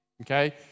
Okay